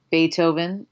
Beethoven